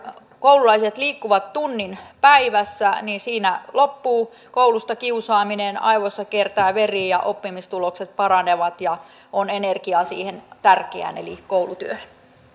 koululaiset liikkuvat tunnin päivässä niin siinä loppuu koulusta kiusaaminen aivoissa kiertää veri ja oppimistulokset paranevat ja on energiaa siihen tärkeään eli koulutyöhön arvoisa